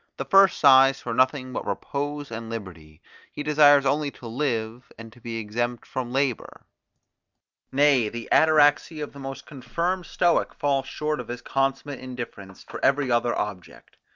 the first sighs for nothing but repose and liberty he desires only to live, and to be exempt from labour nay, the ataraxy of the most confirmed stoic falls short of his consummate indifference for every other object.